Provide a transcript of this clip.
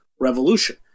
revolution